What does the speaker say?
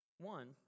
One